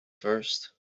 first